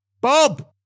Bob